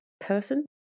person